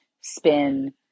spin